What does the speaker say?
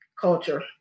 culture